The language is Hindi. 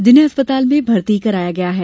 जिन्हें अस्पताल में भर्ती कराया गया है